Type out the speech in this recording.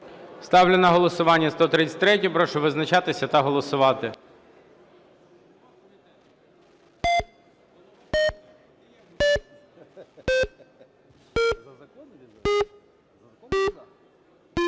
Ставлю на голосування 133-ю. Прошу визначатись та голосувати.